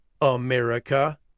America